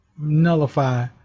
nullify